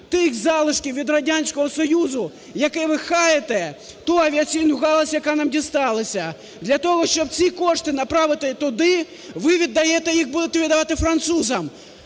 тих залишків від Радянського Союзу, який ви хаїте ту авіаційну галузь, яка нам дісталася. Для того, щоб ці кошти направити туди, ви віддаєте їх, будете віддавати, французам.